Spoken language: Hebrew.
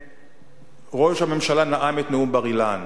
ראש הממשלה נאם את נאום בר-אילן.